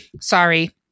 Sorry